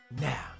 now